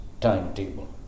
timetable